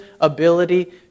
ability